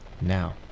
now